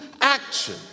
action